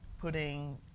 putting